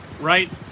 right